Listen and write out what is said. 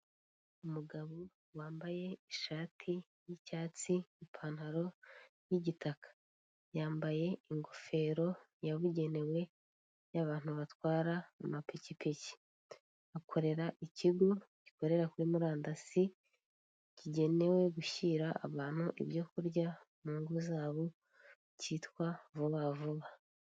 Umugabo wambaye ishati y'icyatsi, ipantaro, y'igitaka yambaye igofero yabugenewe y'abantu batwara amakipiki, akorera ikigo gikorera kuri murandasi kigenewe gushyira abantu ibyo kurya, mu ngo zabo kitwa vuba vuba.